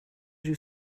you